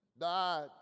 died